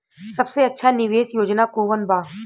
सबसे अच्छा निवेस योजना कोवन बा?